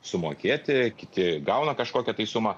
sumokėti kiti gauna kažkokią tai sumą